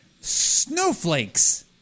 Snowflakes